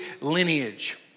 lineage